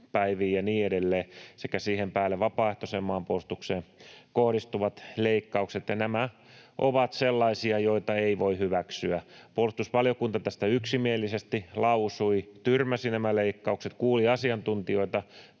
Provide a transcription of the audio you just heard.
sekä siihen päälle vapaaehtoiseen maanpuolustukseen kohdistuvat leikkaukset, ja nämä ovat sellaisia, joita ei voi hyväksyä. Puolustusvaliokunta tästä yksimielisesti lausui, tyrmäsi nämä leikkaukset, kuuli asiantuntijoita